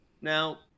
Now